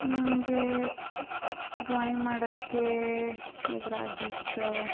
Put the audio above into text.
ನನಗೆ ಡ್ರಾಯಿಂಗ್ ಮಾಡೋಕ್ಕೆ ಎದುರಾಗಿದ್ದ